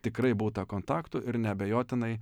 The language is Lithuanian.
tikrai būta kontaktų ir neabejotinai